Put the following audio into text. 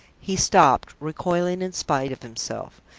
he stopped, recoiling in spite of himself.